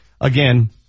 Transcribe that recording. again